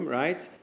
right